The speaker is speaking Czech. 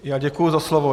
Já děkuji za slovo.